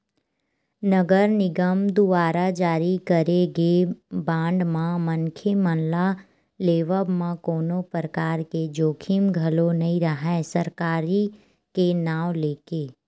नगर निगम दुवारा जारी करे गे बांड म मनखे मन ल लेवब म कोनो परकार के जोखिम घलो नइ राहय सरकारी के नांव लेके